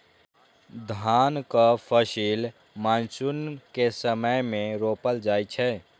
धानक फसिल मानसून के समय मे रोपल जाइ छै